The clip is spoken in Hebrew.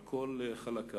על כל חלקיו.